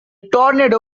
tornado